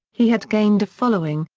he had gained a following,